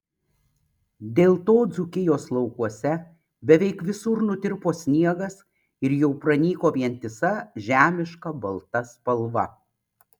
dėl to dzūkijos laukuose beveik visur nutirpo sniegas ir jau pranyko vientisa žiemiška balta spalva